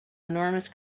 enormous